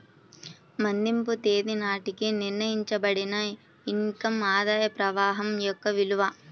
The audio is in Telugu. మదింపు తేదీ నాటికి నిర్ణయించబడిన ఇన్ కమ్ ఆదాయ ప్రవాహం యొక్క విలువ